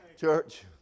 church